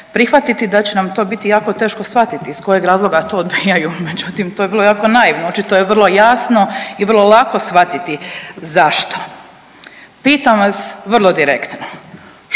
prihvatiti, da će nam to biti jako teško shvatiti iz kojeg razloga to odbijaju, međutim, to je bilo jako naivno, očito je vrlo jasno i vrlo lako shvatiti zašto. Pitam vas vrlo direktno